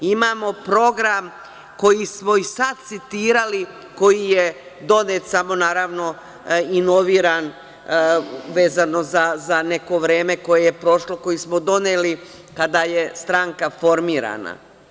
Imamo program koji smo i sad citirali, koji je donet, samo naravno inoviran, vezano za neko vreme koje je prošlo, koji smo doneli kada je stranka formirana.